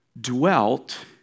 dwelt